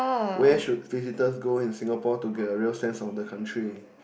where should visitors go in Singapore to get a real sense of the country